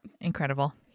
Incredible